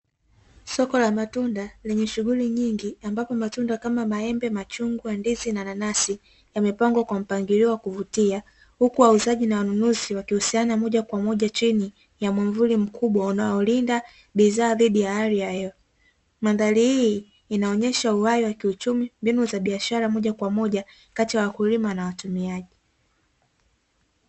Soko la matunda lenye shughuli nyingi ambapo matunda kama maembe, machungwa, ndizi na nanasi yaamepangwa kwa mpangilio wa kuvutia. Huku wauzaji na wanunuzi wakihusiana moja kwa moja chini ya mwamvuli mkubwa unaolinda bidhaa dhidi ya hali ya hewa. Mandhari hii inaonyesha uhai wa kiuchumi, mbinu za biashara moja kwa moja kati ya wakulima na watumiaji.